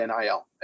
NIL